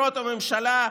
בחירות לממשלה.